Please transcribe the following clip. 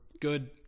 good